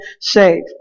save